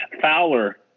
Fowler